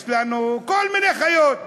יש לנו כל מיני חיות.